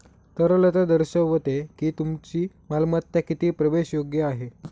तरलता दर्शवते की तुमची मालमत्ता किती प्रवेशयोग्य आहे